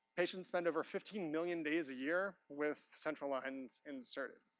patients spend over fifteen million days a year with central lines inserted.